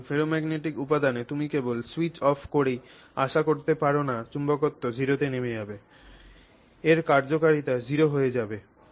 সুতরাং ফেরোম্যাগনেটিক উপাদানে তুমি কেবল স্যুইচ অফ করেই আশা করতে পার না চুম্বকত্ব 0 তে নেমে আসবে এর কার্যকারিতা 0 হয়ে যাবে